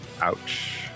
Ouch